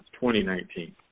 2019